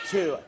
Two